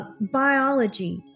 biology